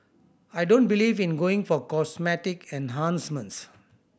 I don't believe in going for cosmetic enhancements